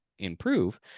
improve